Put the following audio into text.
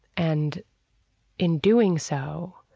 and in doing so,